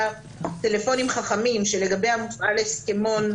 טלפונים חכמים שלגביה מופעל ההסכמון,